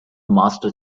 master